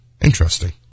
interesting